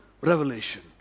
revelation